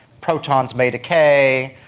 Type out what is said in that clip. protons may decay,